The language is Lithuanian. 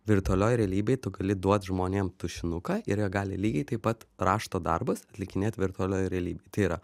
virtualioj realybėj tu gali duot žmonėm tušinuką ir jie gali lygiai taip pat rašto darbus atlikinėt virtualioj realybėj tai yra